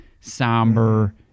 somber